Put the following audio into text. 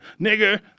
nigger